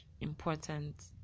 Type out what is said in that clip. important